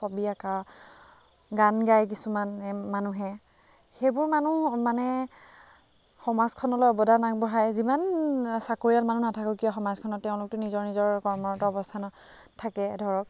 ছবি অঁকা গান গায় কিছুমানে মানুহে সেইবোৰ মানুহ মানে সমাজখনলৈ অৱদান আগবঢ়ায় যিমান চাকৰিয়াল মানুহ নাথাকক কিয় সমাজখনত তেওঁলোকতো নিজৰ নিজৰ কৰ্মৰত অৱস্থানত থাকে ধৰক